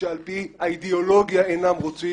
על פי האידיאולוגיה אינם רוצים.